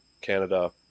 Canada